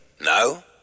No